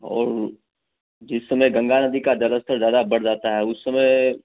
और जिस समय गंगा नदी का जल स्तर ज्यादा बढ़ जाता है उस समय